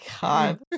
god